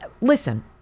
Listen